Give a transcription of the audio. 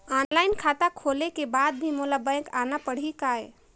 Online खाता खोले के बाद भी मोला बैंक आना पड़ही काय?